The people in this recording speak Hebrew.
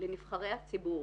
לנבחרי הציבור,